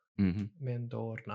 Mentorna